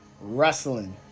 wrestling